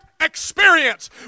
experience